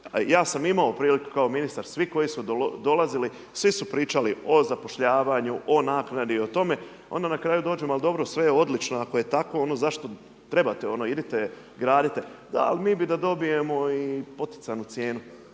ja sam imao priliku kao ministar, svi koji su dolazili svi su pričali o zapošljavanju, o naknadi i o tome, onda na kraju dođemo ali dobro sve je odlično ako je tako zašto trebate, idite, gradite, da ali mi bi da dobijemo i poticajnu cijenu.